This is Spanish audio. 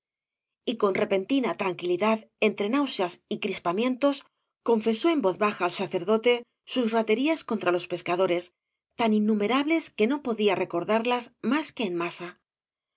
y con repentina tranquilidad entre náuseas y crispamientos confesó en voz baja al iacerdote sus rateríaa contra los pescadores tan innúmera bies que no podía recordarlas mas que en masa